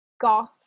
goth